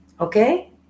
okay